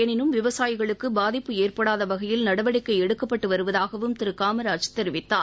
எனினும் விவசாயிகளுக்கு பாதிப்பு ஏற்படாத வகையில் நடவடிக்கை எடுக்கப்பட்டு வருவதாகவும் திரு காமராஜ் தெரிவித்தார்